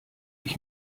ich